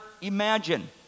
imagine